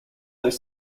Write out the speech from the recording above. their